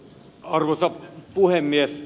arvoisa puhemies